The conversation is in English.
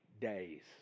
days